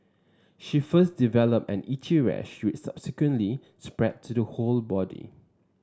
she first developed an itchy rash which subsequently spread to the whole body